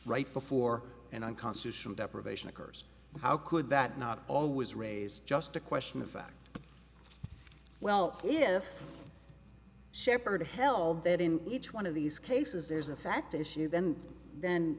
right before and i'm constitutional deprivation occurs how could that not always raise just a question of fact well if shepard held that in each one of these cases there's a fact issue then then